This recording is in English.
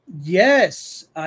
Yes